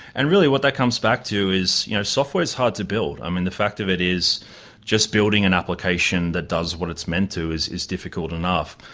and really what that comes back to is you know software is hard to build. i mean, the fact of it is just building an application that does what it's meant to is is difficult enough.